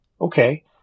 Okay